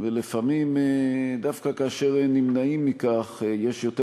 ולפעמים דווקא כאשר נמנעים מכך יש יותר